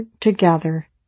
together